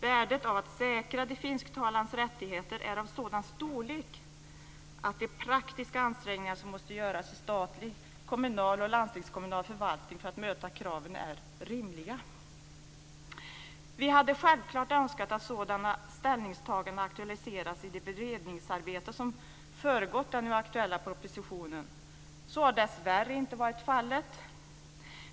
Värdet av att säkra de finsktalandes rättigheter är av sådan storlek att de praktiska ansträngningar som måste göras i statlig, kommunal och landstingskommunal förvaltning för att möta kraven är rimliga. Vi hade självklart önskat att sådana ställningstaganden aktualiserats i det beredningsarbete som föregått den nu aktuella propositionen. Så har dessvärre inte varit fallet.